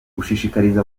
gushishikariza